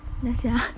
ya sia